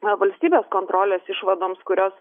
na valstybės kontrolės išvadoms kurios